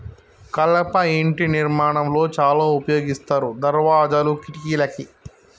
కలప ఇంటి నిర్మాణం లో చాల ఉపయోగిస్తారు దర్వాజాలు, కిటికలకి